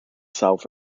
south